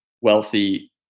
wealthy